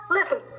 Listen